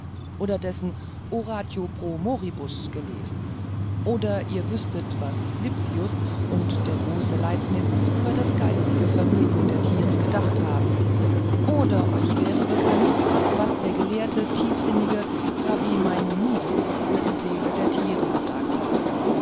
oder dessen oratio pro muribus gelesen oder ihr wüßtet was lipsius und der große leibniz über das geistige vermögen der tiere gedacht haben oder euch wäre bekannt was der gelehrte tiefsinnige rabbi maimonides über die seele der tiere gesagt hat